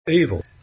evil